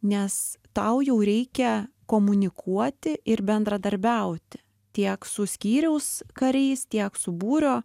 nes tau jau reikia komunikuoti ir bendradarbiauti tiek su skyriaus kariais tiek su būrio